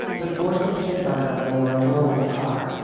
but forced a kiss on her when they were alone in a car,